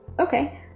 okay